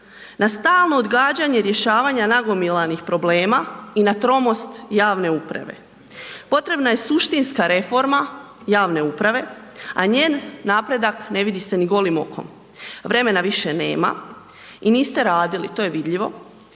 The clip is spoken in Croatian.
Na stalno odgađanje rješavanja nagomilanih problema i na tromost javne uprave. Potrebna je suštinska reforma javne uprave, a njen napredak ne vidi se ni golim okom. Vremena više nema i niste radili, to je vidljivo,